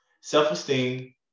self-esteem